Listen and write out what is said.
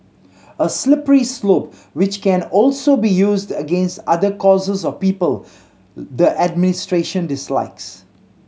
a slippery slope which can also be used against other causes or people the administration dislikes